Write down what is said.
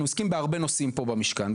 אנחנו עוסקים בהרבה נושאים פה במשכן,